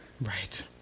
Right